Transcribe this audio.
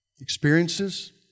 Experiences